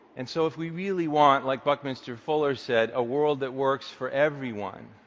and so if we really want, like buckminster fuller said, a world that works for everyone,